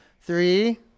Three